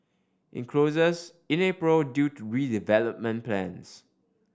it closes in April due to redevelopment plans